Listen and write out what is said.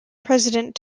president